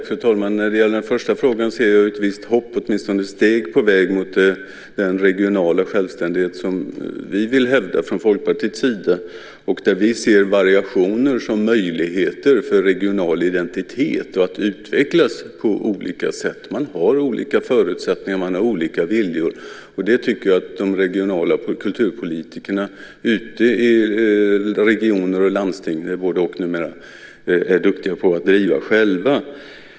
Fru talman! När det gäller den första frågan ser jag ett visst hopp, åtminstone ett steg på vägen mot den regionala självständighet som vi vill hävda från Folkpartiets sida. Vi ser variationer som möjligheter för regional identitet och för att utvecklas på olika sätt. Man har olika förutsättningar och olika viljor, och det tycker jag att de regionala kulturpolitikerna ute i regioner och landsting - det är både-och numera - är duktiga på att driva själva.